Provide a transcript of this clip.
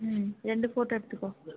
ம் ரெண்டு ஃபோட்டோ எடுத்துக்கோ